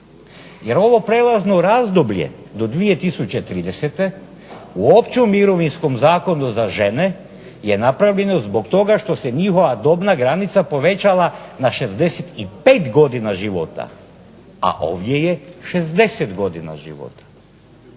Jer ovo prijelazno razdoblje od 2030., u općem mirovinskom zakonu za žene je napravljeno zbog toga što se njihova dobna granica povećala na 65 godina života, a ovdje je 60 godina života.